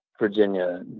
Virginia